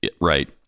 right